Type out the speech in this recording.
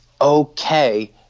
okay